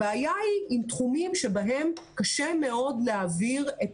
הבעיה היא עם תחומים בהם קשה מאוד להעביר את